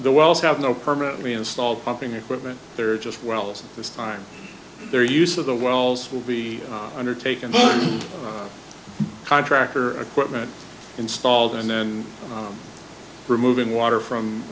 the wells have no permanently installed pumping equipment there just wells this time their use of the wells will be undertaken by contractor equipment installed and then removing water from